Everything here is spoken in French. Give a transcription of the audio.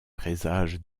présage